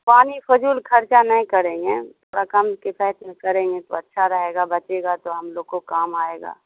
پانی فضول خرچہ نہیں کریں گے تھوڑا کم کفایت میں کریں گے تو اچھا رہے گا بچے گا تو ہم لوگ کو کام آئے گا